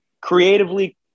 creatively